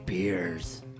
Beers